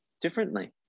differently